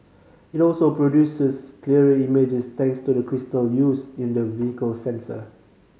it also produces clearer images thanks to the crystal used in the vehicle's sensor